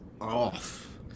off